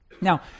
Now